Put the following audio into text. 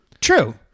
True